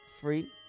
Free